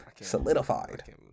Solidified